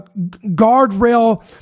guardrail